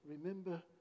remember